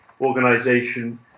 organization